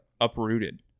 Uprooted